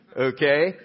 okay